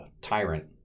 tyrant